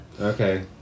okay